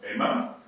Amen